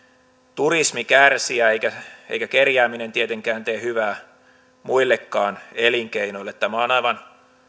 turismi kärsiä eikä kerjääminen tietenkään tee hyvää muillekaan elinkeinoille tämä on aivan